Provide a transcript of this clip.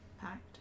Packed